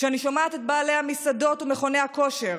כשאני שומעת את בעלי המסעדות ומכוני הכושר,